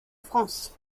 france